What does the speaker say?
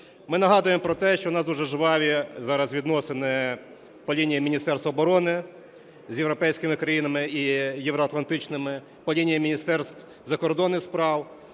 Ми нагадуємо про те, що у нас дуже жваві зараз відносини по лінії Міністерства оборони з європейськими країнами і євроатлантичними, по лінії Міністерства закордонних справ,